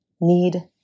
need